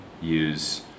use